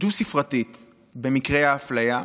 דו-ספרתית במקרי האפליה.